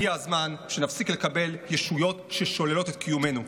הגיע הזמן שנפסיק לקבל ישויות ששוללות את קיומנו.